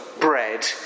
bread